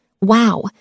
Wow